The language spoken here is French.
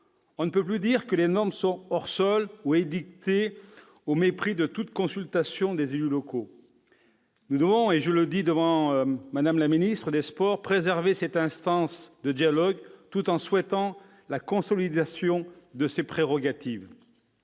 On ne peut plus dire que les normes sont « hors-sol » ou édictées au mépris de toute consultation des élus locaux. Nous devons, je le dis devant Mme la ministre des sports, préserver cette instance de dialogue, tout en souhaitant la consolidation de ses prérogatives.